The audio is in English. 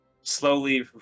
slowly